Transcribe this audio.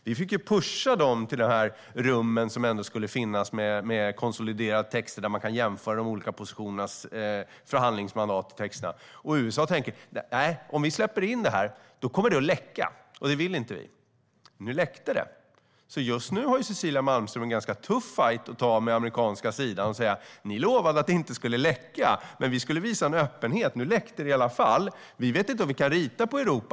Vi fick ju pusha dem till de rum som ändå skulle finnas, med konsoliderade texter där det går att jämföra de olika positionernas förhandlingsmandat. USA tänker: Nej, om vi släpper in detta kommer det att läcka, och det vill inte vi. Nu läckte det, så just nu har Cecilia Malmström en ganska tuff fajt att ta med den amerikanska sidan och säga: Ni lovade att det inte skulle läcka, men vi skulle visa en öppenhet. Nu läckte det i alla fall. Vi vet inte om vi kan lita på Europa.